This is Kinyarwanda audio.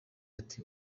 ati